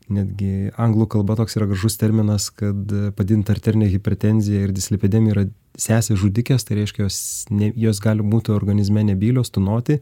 netgi anglų kalba toks yra gražus terminas kad padidinta arterinė hipertenzija ir dislipidemija yra sesės žudikės reiškia jos ne jos gali būti organizme nebylios tūnoti